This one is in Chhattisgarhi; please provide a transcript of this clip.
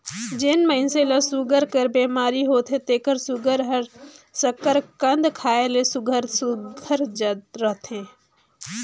जेन मइनसे ल सूगर कर बेमारी होथे तेकर सूगर हर सकरकंद खाए ले सुग्घर रहथे